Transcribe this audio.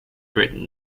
britain